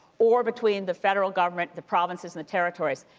or between the federal government, the provinces and territories.